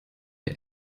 der